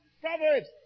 Proverbs